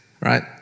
right